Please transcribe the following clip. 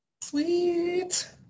Sweet